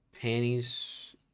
panties